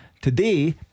Today